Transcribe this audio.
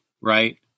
right